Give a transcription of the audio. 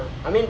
I mean